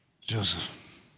Joseph